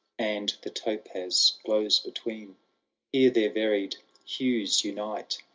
and the topas glows between here their varied hues unite,